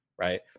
Right